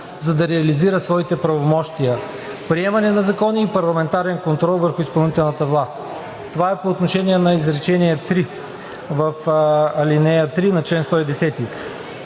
за да реализира своите правомощия – приемане на закони и парламентарен контрол върху изпълнителната власт. Това е по отношение на изречение трето в ал. 3 на чл. 110.